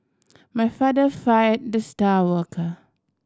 my father fire the star worker